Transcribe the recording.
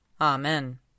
Amen